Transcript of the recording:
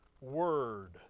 word